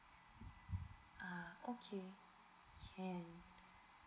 ah okay can